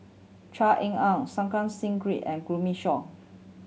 Try Ean Ang Santokh Singh Grewal and Shaw